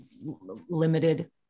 limited